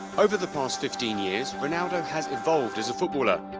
over the past fifteen years, ronaldo has evolved as a footballer.